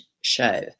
show